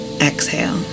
exhale